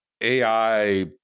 AI